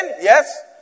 Yes